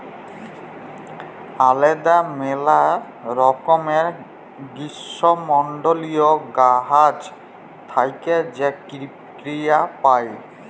আলেদা ম্যালা রকমের গীষ্মমল্ডলীয় গাহাচ থ্যাইকে যে কূয়া পাই